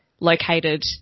located